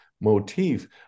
motif